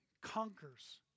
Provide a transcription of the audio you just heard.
conquers